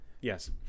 Yes